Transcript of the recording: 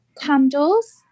candles